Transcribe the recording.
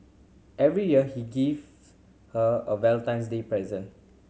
every year he gives her a Valentine's Day present